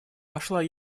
пошла